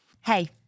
hey